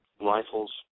rifles